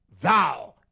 Thou